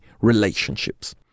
relationships